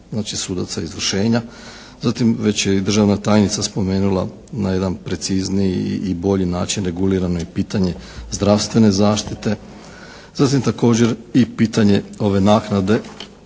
znači sudaca izvršenja. Zatim, već je i državna tajnica spomenula na jedan precizniji i bolji način regulirano je pitanje zdravstvene zaštite. Zatim, također i pitanje ove naknade